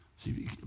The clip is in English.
See